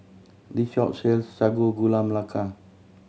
this shop sells Sago Gula Melaka